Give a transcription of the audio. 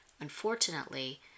Unfortunately